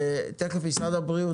אני רוצה לראות את זה.